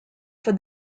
for